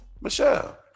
michelle